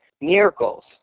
miracles